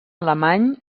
alemany